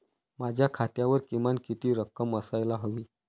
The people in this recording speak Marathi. माझ्या खात्यावर किमान किती रक्कम असायला हवी?